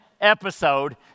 episode